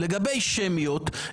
לגבי שמיות,